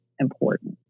important